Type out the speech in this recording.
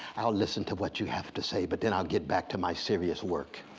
i'll listen to what you have to say, but then i'll get back to my serious work.